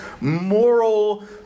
moral